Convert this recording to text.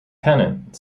pennant